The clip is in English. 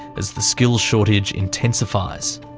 as the skills shortage intensifies.